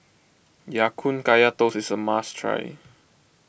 Ya Kun Kaya Toast is a must try